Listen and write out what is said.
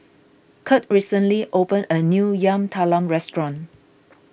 Kurt recently opened a new Yam Talam restaurant